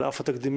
על אף התקדים,